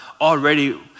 Already